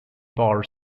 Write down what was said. barr